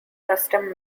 custom